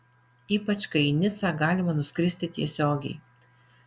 ypač kai į nicą galima nuskristi tiesiogiai